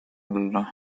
alla